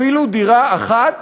אפילו דירה אחת